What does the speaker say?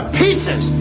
pieces